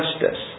justice